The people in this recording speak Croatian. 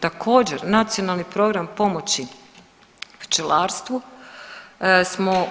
Također Nacionalni program pomoći pčelarstvu smo